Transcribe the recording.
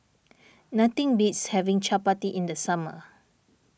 nothing beats having Chapati in the summer